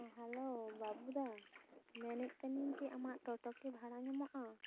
ᱦᱮᱸ ᱦᱮᱞᱳ ᱵᱟᱹᱵᱩ ᱫᱟ ᱢᱮᱱᱮᱫ ᱠᱟᱹᱱᱟᱹᱧ ᱡᱮ ᱟᱢᱟᱜ ᱴᱳᱴᱳ ᱠᱤ ᱵᱷᱟᱲᱟ ᱧᱟᱢᱚᱜᱼᱟ